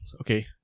Okay